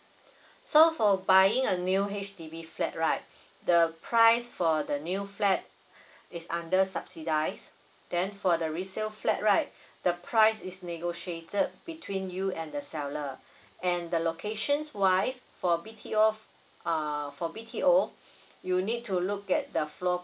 so for buying a new H_D_B flat right the price for the new flat it's under subsidise then for the resale flat right the price is negotiated between you and the seller and the location wise for B_T_O err for B_T_O you need to look at the floor